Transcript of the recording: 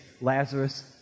Lazarus